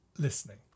listening